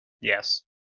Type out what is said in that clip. Yes